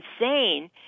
insane